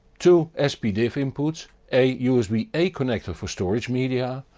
two ah spdif inputs, a usb a connector for storage media,